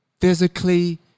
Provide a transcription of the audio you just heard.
physically